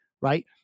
right